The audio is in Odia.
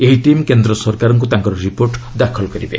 ଏହି ଟିମ୍ କେନ୍ଦ୍ର ସରକାରଙ୍କ ତାଙ୍କର ରିପୋର୍ଟ ଦାଖଲ କରିବେ